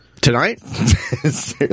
Tonight